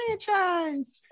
franchise